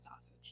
sausage